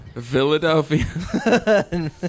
Philadelphia